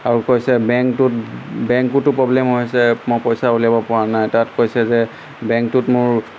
আৰু কৈছে বেংকটোত বেংকটো প্ৰব্লেম হৈছে মই পইচা উলিয়াব পৰা নাই তাত কৈছে যে বেংকটোত মোৰ